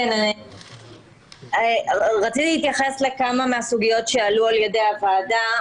אני רציתי להתייחס לכמה מהסוגיות שעלו על ידי הוועדה.